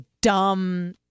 dumb